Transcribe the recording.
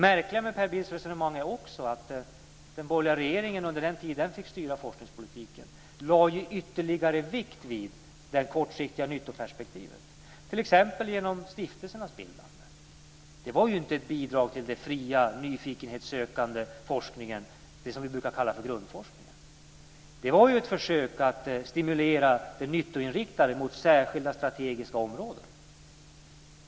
Per Bills resonemang är märkligt också med tanke på att den borgerliga regeringen under den tid som den fick styrka forskningspolitiken lade ytterligare vikt vid det kortsiktiga nyttoperspektivet, t.ex. genom stiftelsernas bildande. Det var ju inte ett bidrag till den fria nyfikenhetssökande forskningen, dvs. det som vi brukar kalla för grundforskningen. Det var ett försök att stimulera den nyttoinriktade forskningen mot särskilda strategiska områden.